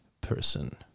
person